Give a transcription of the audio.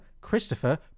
Christopher